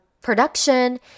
Production